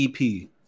EP